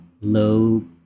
low